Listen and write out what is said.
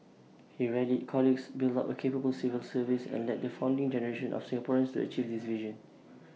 he rallied colleagues built up A capable civil service and led the founding generation of Singaporeans achieve this vision